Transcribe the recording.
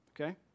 okay